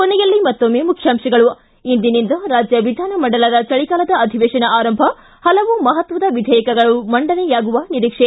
ಕೊನೆಯಲ್ಲಿ ಮತ್ತೊಮ್ಮೆ ಮುಖ್ಯಾಂಶಗಳು ಿ ಇಂದಿನಿಂದ ರಾಜ್ಯ ವಿಧಾನಮಂಡಲದ ಚಳಿಗಾಲದ ಅಧಿವೇಶನ ಆರಂಭ ಹಲವು ಮಹತ್ವದ ವಿಧೇಯಕಗಳು ಮಂಡನೆಯಾಗುವ ನಿರೀಕ್ಷೆ